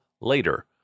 later